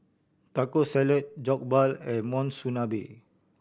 Taco Salad Jokbal and Monsunabe